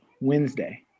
Wednesday